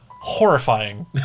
horrifying